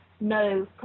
no